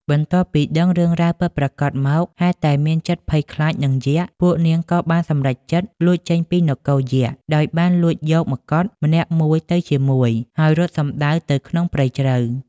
បន្ទាប់ពីដឹងរឿងរ៉ាវពិតប្រាកដមក ហេតុតែមានចិត្តភ័យខ្លាចនឹងយក្ស ពួកនាងក៏បានសម្រេចចិត្តលួចចេញពីនគរយក្ខ ដោយបានលួចយកម្កុដម្នាក់មួយទៅជាមួយ ហើយរត់សំដៅទៅក្នុងព្រៃជ្រៅ។